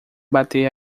bater